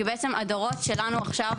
כי בעצם הדורות שלנו עכשיו,